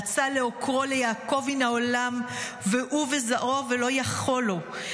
רצה לעוקרו ליעקב מן העולם הוא וזרעו ולא יכול לו.